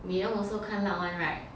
女佣 also 看 luck [one] [right]